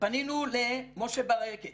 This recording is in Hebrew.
למשה ברקת